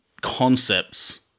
concepts